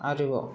आरोबाव